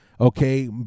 okay